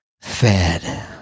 fed